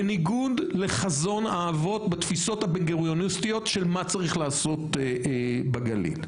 בניגוד לחזון האבות בתפיסות הבן גוריוניסטיות של מה צריך לעשות בגליל.